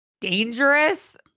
dangerous